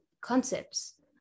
concepts